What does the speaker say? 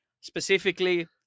Specifically